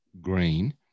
green